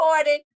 recorded